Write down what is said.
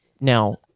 now